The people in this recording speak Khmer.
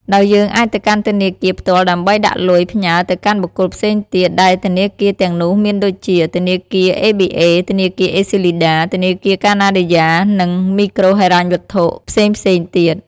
ដោយយើងអាចទៅកាន់ធនាគារផ្ទាល់ដើម្បីដាក់លុយផ្ញើរទៅកាន់បុគ្គលផ្សេងទៀត ដែលធនាគារទាំងនោះមានដូចជា ធនាគារអេប៊ីអេ ធនាគារអេសុីលីដា ធនាគារកាណាឌីយ៉ានិងមីក្រូហិរញ្ញវត្ថុផ្សេងៗទៀត។